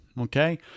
Okay